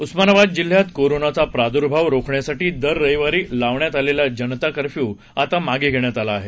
उस्मानाबाद जिल्ह्यात कोरोनाचा प्रादूर्भाव रोखण्यासाठी दर रविवारी लावण्यात आलेला जनता कफ्यू आता मागे घेण्यात आला आहे